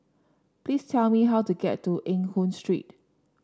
please tell me how to get to Eng Hoon Street